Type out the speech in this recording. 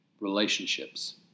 relationships